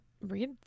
read